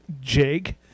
Jake